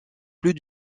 plus